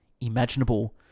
imaginable